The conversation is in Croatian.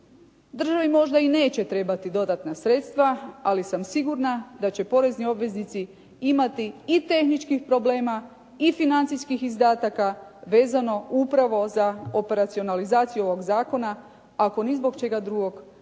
Državi možda i neće trebati dodatna sredstva, ali sam sigurna da će porezni obveznici imati i tehničkih problema, i financijskih izdataka vezano upravo za operacionalizaciju ovog zakona, ako ni zbog čega drugog a